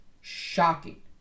Shocking